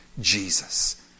Jesus